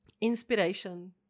inspiration